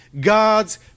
God's